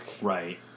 Right